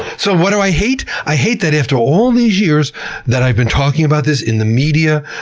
so, what do i hate? i hate that after all these years that i've been talking about this in the media,